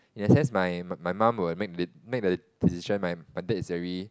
in a sense my my mum will make the make the decision my my dad is very